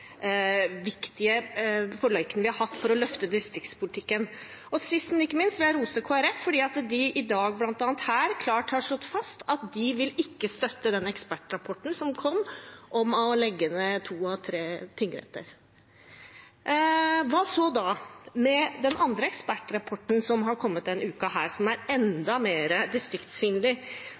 viktige forlikene vi har hatt for å løfte distriktspolitikken. Og sist, men ikke minst, vil jeg rose Kristelig Folkeparti for at de her i dag klart har slått fast at de ikke vil støtte den ekspertrapporten som kom, om å legge ned to av tre tingretter. Hva så da med den andre ekspertrapporten som har kommet denne uka, som er enda